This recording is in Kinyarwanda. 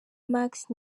max